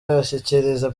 ashyikiriza